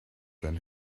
than